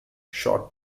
shot